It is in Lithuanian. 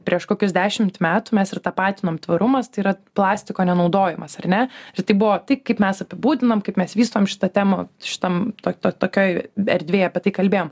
prieš kokius dešimt metų mes ir tapatinom tvarumas tai yra plastiko nenaudojimas ar ne ir tai buvo taip kaip mes apibūdinom kaip mes vystom šitą temą šitam to to tokioj erdvėj apie tai kalbėjom